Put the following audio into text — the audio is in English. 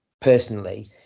personally